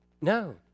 No